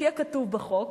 שיהיה כתוב בחוק,